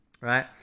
right